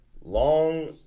long